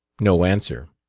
no answer.